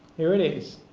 here it is.